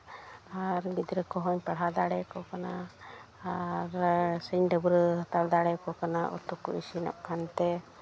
ᱟᱨ ᱜᱤᱫᱽᱨᱟᱹ ᱠᱚᱦᱚᱸᱧ ᱯᱟᱲᱦᱟᱣ ᱫᱟᱲᱮᱭᱟᱠᱚ ᱠᱟᱱᱟ ᱟᱨ ᱥᱮᱧ ᱰᱟᱹᱵᱨᱟᱹ ᱦᱟᱛᱟᱲ ᱫᱟᱲᱮᱭᱟᱠᱚ ᱠᱟᱱᱟ ᱩᱛᱩ ᱠᱚ ᱤᱥᱤᱱᱚᱜ ᱠᱟᱱᱛᱮ